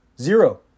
zero